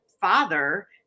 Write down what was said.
father